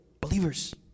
believers